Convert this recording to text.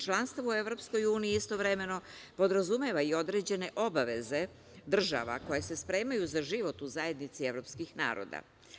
Članstvo u EU istovremeno podrazumeva i određene obaveze država koje se spremaju za život u zajednici evropskih naroda.